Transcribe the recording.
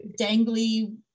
dangly